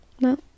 no